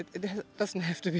it doesn't have to